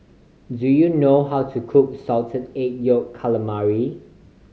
do you know how to cook Salted Egg Yolk Calamari